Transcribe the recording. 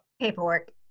Paperwork